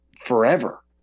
forever